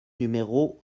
numéro